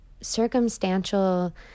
circumstantial